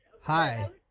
hi